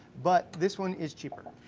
but this one is cheaper.